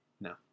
no